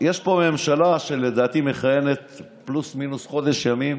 יש פה ממשלה שלדעתי מכהנת פלוס-מינוס חודש ימים,